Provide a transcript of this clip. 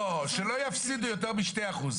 לא, שלא יפסידו יותר מ2%.